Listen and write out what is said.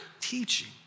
teaching